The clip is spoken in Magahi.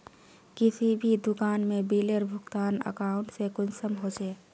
किसी भी दुकान में बिलेर भुगतान अकाउंट से कुंसम होचे?